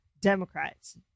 Democrats